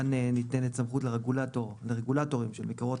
כאן ניתנת סמכות לרגולטורים של מקורות